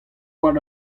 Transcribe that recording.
war